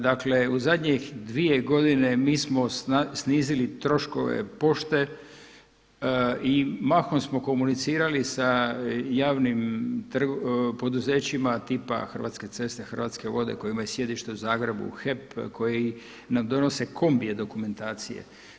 Dakle u zadnjih dvije godine mi smo snizili troškove pošte i mahom smo komunicirali sa javnim poduzećima tipa Hrvatske ceste, Hrvatske vode koje imaju sjedište u Zagrebu HEP, koji nam donose kombije dokumentacije.